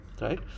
Right